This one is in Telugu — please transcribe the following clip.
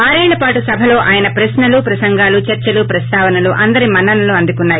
ఆరేళ్సపాటు సభలో ఆయన ప్రశ్నలు ప్రసంగాలు చర్చలు ప్రస్తావనలు అందరి మన్స్ నలనూ అందుకున్నాయి